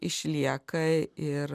išlieka ir